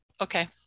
Okay